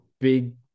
big